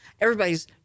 everybody's